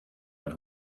man